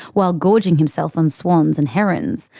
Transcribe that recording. while gorging himself on swans and herons.